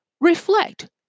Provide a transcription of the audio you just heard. reflect